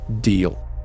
deal